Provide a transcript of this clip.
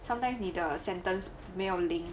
sometimes 你的 sentence 没有 link